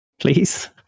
please